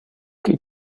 qui